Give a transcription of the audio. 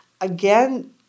again